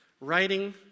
writing